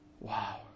Wow